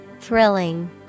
Thrilling